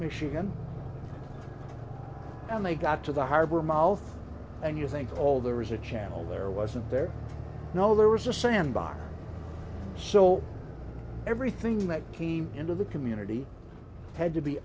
michigan and they got to the harbor mouth and you think all there was a channel there wasn't there no there was a sandbox so everything that came into the community had to be